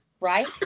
right